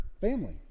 family